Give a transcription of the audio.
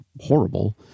horrible